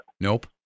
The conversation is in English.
Nope